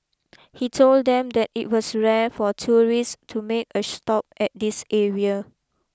he told them that it was rare for tourists to make a stop at this area